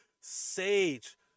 Sage